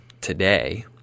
today